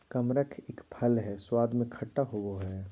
कमरख एक फल हई स्वाद में खट्टा होव हई